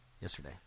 yesterday